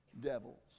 devils